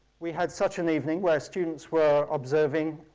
we had such an evening, where students were observing,